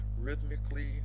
rhythmically